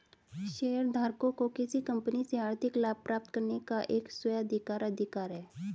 शेयरधारकों को किसी कंपनी से आर्थिक लाभ प्राप्त करने का एक स्व अधिकार अधिकार है